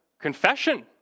confession